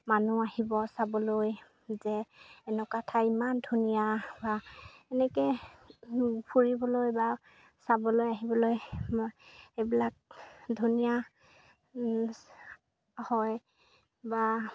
মানুহ আহিব চাবলৈ যে এনেকুৱা ঠাই ইমান ধুনীয়া বা এনেকৈ ফুৰিবলৈ বা চাবলৈ আহিবলৈ মই এইবিলাক ধুনীয়া হয় বা